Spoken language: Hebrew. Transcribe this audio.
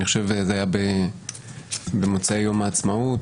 אני חושב שזה היה במוצאי יום העצמאות,